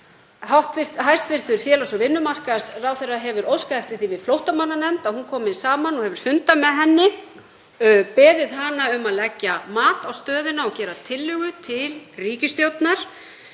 Hæstv. félags- og vinnumarkaðsráðherra hefur óskað eftir því við flóttamannanefnd að hún komi saman og hefur fundað með henni, beðið hana um að leggja mat á stöðuna og gera tillögu til ríkisstjórnar.